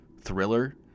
thriller